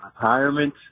retirement